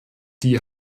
die